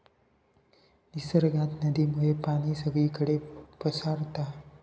निसर्गात नदीमुळे पाणी सगळीकडे पसारता